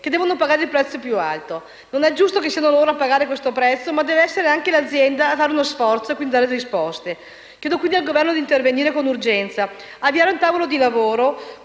che devono pagare il prezzo più alto. Non è giusto che siano loro a pagare questo prezzo; deve essere anche l'azienda a fare uno sforzo per dare risposte. Chiedo quindi al Governo di intervenire con urgenza e di avviare un tavolo di lavoro